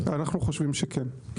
אנחנו חושבים שכן.